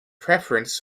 preference